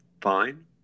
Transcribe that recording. fine